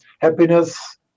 happiness